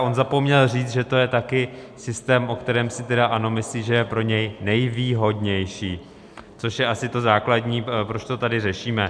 On zapomněl říct, že to je taky systém, o kterém si ANO myslí, že je pro něj nejvýhodnější, což je asi to základní, proč to tady řešíme.